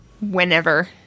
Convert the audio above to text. whenever